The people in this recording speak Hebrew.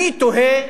אני תוהה